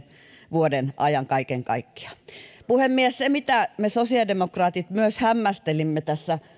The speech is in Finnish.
vuoden ajan puhemies me sosiaalidemokraatit hämmästelimme tässä